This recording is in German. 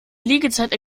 liegezeiten